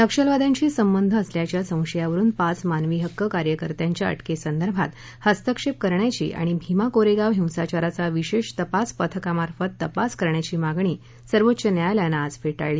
नक्षलवाद्यांची संबंध असल्याच्या संशयावरून पाच मानवी हक्क कार्यकर्त्यांच्या अटकेसंदर्भात हस्तक्षेप करण्याची आणि भीमा कोरेगाव हिंसाचाराचा विशेष तपास पथकामार्फत तपास करण्याची मागणी सर्वोच्च न्यायालयाने आज फेटाळली